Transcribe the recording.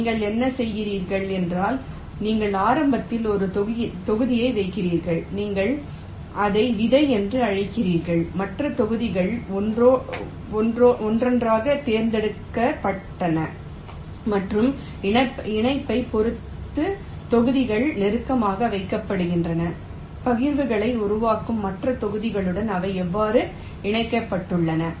நீங்கள் என்ன செய்கிறீர்கள் என்றால் நீங்கள் ஆரம்பத்தில் ஒரு தொகுதியை வைக்கிறீர்கள் நீங்கள் அதை விதை என்று அழைக்கிறீர்கள் மற்ற தொகுதிகள் ஒவ்வொன்றாகத் தேர்ந்தெடுக்கப்பட்டன மற்றும் இணைப்பைப் பொறுத்து தொகுதிகளுக்கு நெருக்கமாக வைக்கப்படுகின்றன பகிர்வுகளை உருவாக்கும் மற்ற தொகுதிகளுடன் அவை எவ்வாறு இணைக்கப்பட்டுள்ளன